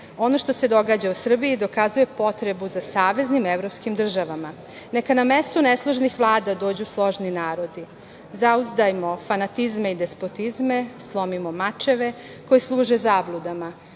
„Ono što se događa u Srbiji dokazuje potrebu za saveznim evropskim državama. Neka na mestu nesložnih vlada dođu složni narodi, zauzdajmo fanatizme i despotizme, slomimo mačeve koji služe zabludama.